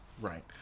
Right